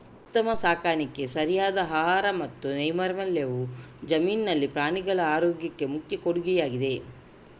ಉತ್ತಮ ಸಾಕಾಣಿಕೆ, ಸರಿಯಾದ ಆಹಾರ ಮತ್ತು ನೈರ್ಮಲ್ಯವು ಜಮೀನಿನಲ್ಲಿ ಪ್ರಾಣಿಗಳ ಆರೋಗ್ಯಕ್ಕೆ ಮುಖ್ಯ ಕೊಡುಗೆಯಾಗಿದೆ